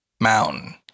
mountain